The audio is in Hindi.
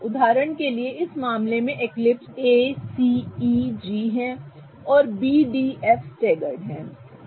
उदाहरण के लिए इस मामले में एक्लिप्स ACEG हैं और B D F स्टेगर्ड हैं ठीक है